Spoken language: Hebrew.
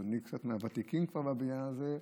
אז אני כבר מהוותיקים קצת בבניין הזה,